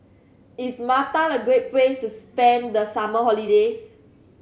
is Malta a great place to spend the summer holidays